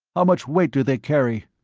much weight do they carry?